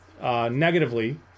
negatively